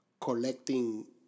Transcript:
collecting